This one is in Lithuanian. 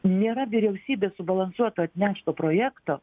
nėra vyriausybė subalansuota atnešt to projekto